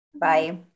bye